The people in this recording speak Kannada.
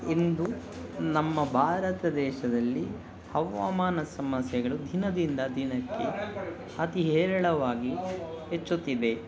ಇಂದು ನಮ್ಮ ಭಾರತ ದೇಶದಲ್ಲಿ ಹವಾಮಾನ ಸಮಸ್ಯೆಗಳು ದಿನದಿಂದ ದಿನಕ್ಕೆ ಅತೀ ಹೇರಳವಾಗಿ ಹೆಚ್ಚುತ್ತಿದೆ